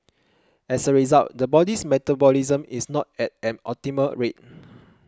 as a result the body's metabolism is not at an optimal rate